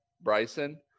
Bryson